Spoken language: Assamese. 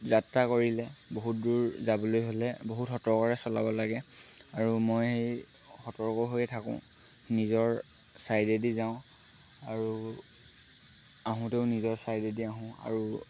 যাত্ৰা কৰিলে বহুত দূৰ যাবলৈ হ'লে বহুত সতৰ্কৰে চলাব লাগে আৰু মই সেই সতৰ্ক হৈয়ে থাকোঁ নিজৰ ছাইডেদি যাওঁ আৰু আহোঁতেও নিজৰ ছাইডেদি আহোঁ আৰু